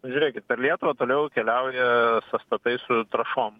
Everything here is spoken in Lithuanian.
žiūrėkit per lietuvą toliau keliauja sąstatai su trąšom